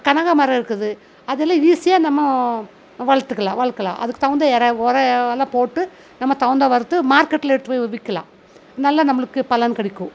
கனகாமரம் இருக்குது அதலாம் ஈஸியாக நம்ம வளர்த்துக்கலாம் வளர்க்கலாம் அதுக்கு தகுந்த எர உர எல்லாம் போட்டு நம்ம தகுந்தவர்த்து மார்க்கெட்டில் எடுத்துகிட்டு போய் விற்கலாம் நல்லா நம்மளுக்கு பலன் கிடைக்கும்